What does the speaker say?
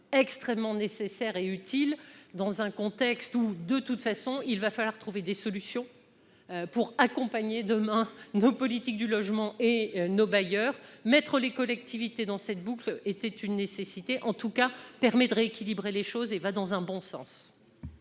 extrêmement nécessaire et utile, dans un contexte où de toute façon, il va falloir trouver des solutions pour accompagner demain politique du logement et nos bailleurs, mettre les collectivités dans cette boucle était une nécessité, en tout cas, permet de rééquilibrer les choses et va dans un bon sens.